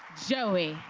joey,